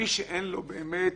מי שאין לו באמת,